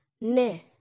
ne